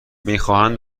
میخواهند